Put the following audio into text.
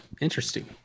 Interesting